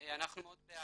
אנחנו מאוד בעד.